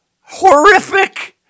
horrific